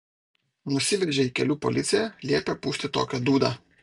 nusivežė į kelių policiją liepė pūsti tokią dūdą